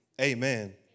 Amen